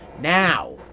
Now